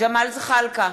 ג'מאל זחאלקה,